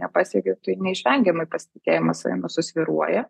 nepasiekiu tai neišvengiamai pasitikėjimas savimi susvyruoja